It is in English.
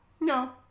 No